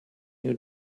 new